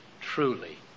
truly